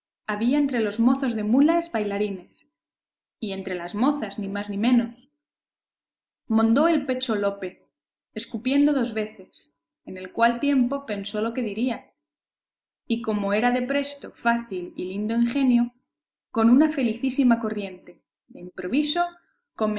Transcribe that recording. había entre los mozos de mulas bailarines y entre las mozas ni más ni menos mondó el pecho lope escupiendo dos veces en el cual tiempo pensó lo que diría y como era de presto fácil y lindo ingenio con una felicísima corriente de improviso